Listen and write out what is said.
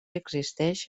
existeix